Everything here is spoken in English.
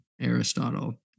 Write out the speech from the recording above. Aristotle